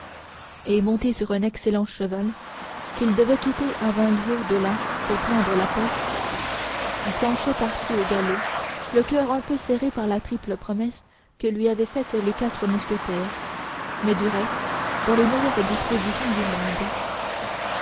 et monté sur un excellent cheval qu'il devait quitter à vingt lieues de là pour prendre la poste planchet partit au galop le coeur un peu serré par la triple promesse que lui avaient faite les mousquetaires mais du reste dans les meilleures dispositions du monde